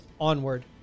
onward